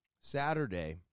Saturday